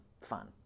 fun